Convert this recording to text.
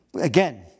Again